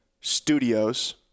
studios